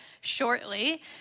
shortly